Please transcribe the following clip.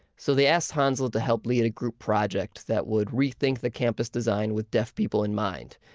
so they asked hansel to help lead a group project that would rethink the campus design with deaf people in mind.